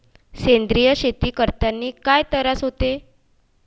सेंद्रिय शेती करतांनी काय तरास होते?